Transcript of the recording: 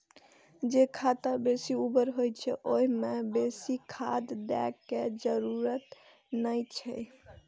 जे खेत बेसी उर्वर होइ छै, ओइ मे बेसी खाद दै के जरूरत नै छै